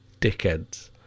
dickheads